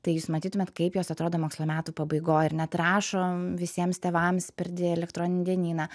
tai jūs matytumėt kaip jos atrodo mokslo metų pabaigoj ir net rašom visiems tėvams per de elektroninį dienyną